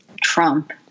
Trump